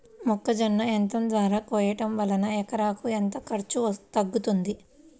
మొక్కజొన్న యంత్రం ద్వారా కోయటం వలన ఎకరాకు ఎంత ఖర్చు తగ్గుతుంది?